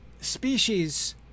species